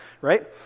right